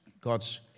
God's